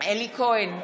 אלי כהן,